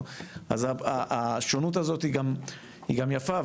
אז השונות הזו היא גם יפה,